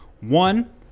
one